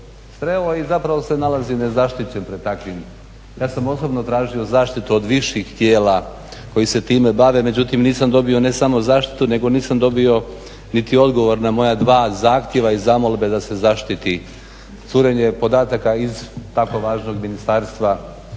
sreo, i zapravo se nalazi nezaštićen pred takvim. Ja sam osobno tražio zaštitu od viših tijela koji se time bave, međutim nisam dobio ne samo zaštitu, nego nisam dobio niti odgovor na moja dva zahtjeva i zamolbe da se zaštiti curenje podataka iz tako važnog ministarstva,